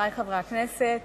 חברי חברי הכנסת,